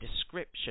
description